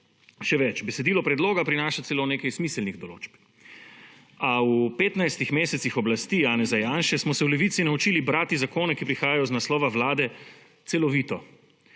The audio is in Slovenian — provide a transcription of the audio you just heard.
Še več, besedilo predloga prinaša celo nekaj smiselnih določb, a v petnajstih mesecih oblasti Janeza Janše smo se v Levici naučili brati zakone, ki prihajajo iz naslova Vlade celovito.